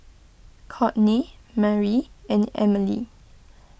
Cortney Mari and Emilie